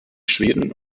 schweden